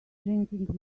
drinking